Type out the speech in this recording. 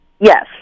Yes